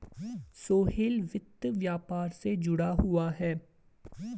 सोहेल वित्त व्यापार से जुड़ा हुआ है